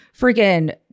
freaking